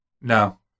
No